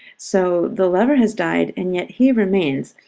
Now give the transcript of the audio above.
so the lover has died, and yet he remains.